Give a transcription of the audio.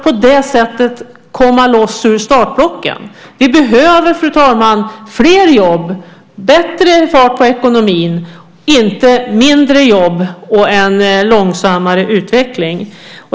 På det sättet kan man komma ur startblocken. Vi behöver fler jobb och bättre fart på ekonomin, inte färre jobb och en långsammare utveckling.